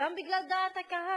גם בגלל דעת הקהל.